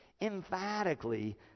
emphatically